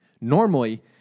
Normally